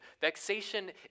Vexation